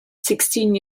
sixteen